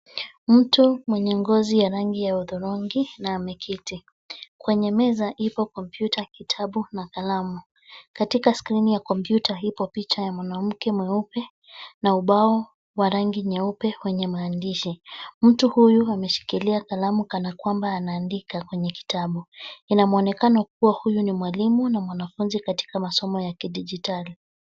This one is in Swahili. Mtu mwenye gozi ya rangi ya hudhrugi na ameketi kwenye meza ipo komputa, kitabu na kalamu. Katika skrini ya komputa ipo picha ya mwanamke mweupe na ubao wa rangi nyeupe wenye maadishi. Mtu huyu ameshikilia kalamu kanakwamba anaadika kwenye kitabu inamuonekano kuwa huyu ni mwalimu na mwanafunzi katika masomo ya kidijitali.